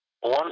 One